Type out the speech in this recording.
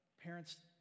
parents